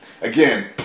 Again